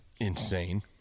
Insane